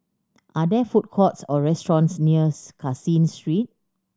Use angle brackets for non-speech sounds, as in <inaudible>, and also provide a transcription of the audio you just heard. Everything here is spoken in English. are there food courts or restaurants near <unintelligible> Caseen Street